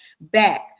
back